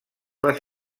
les